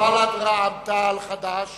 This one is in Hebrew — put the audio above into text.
רע"ם-תע"ל וחד"ש